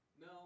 no